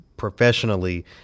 professionally